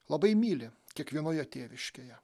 labai myli kiekvienoje tėviškėje